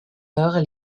heures